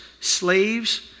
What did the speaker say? slaves